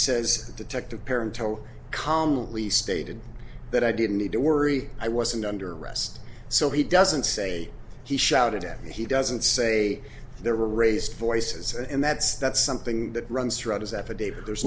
the detective parent told calmly stated that i didn't need to worry i wasn't under arrest so he doesn't say he shouted at me he doesn't say there were raised voices and that's that something that runs throughout his affidavit there's